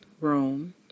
room